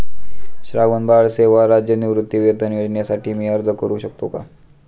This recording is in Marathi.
श्रावणबाळ सेवा राज्य निवृत्तीवेतन योजनेसाठी मी अर्ज करू शकतो का?